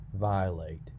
violate